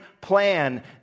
plan